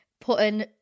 putting